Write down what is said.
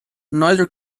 neither